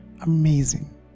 amazing